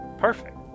perfect